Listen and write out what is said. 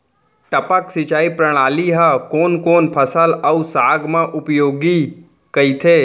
टपक सिंचाई प्रणाली ह कोन कोन फसल अऊ साग म उपयोगी कहिथे?